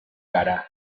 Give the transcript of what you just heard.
gara